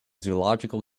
zoological